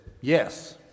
yes